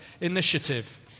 initiative